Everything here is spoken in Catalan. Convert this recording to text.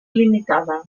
limitada